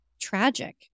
tragic